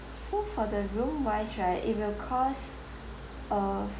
so for the room wise right it will cost uh